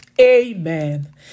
amen